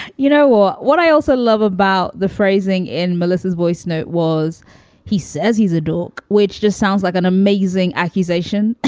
you know, what what i also love about the phrasing in melissa's voice note was he says he's a dork, which just sounds like an amazing accusation.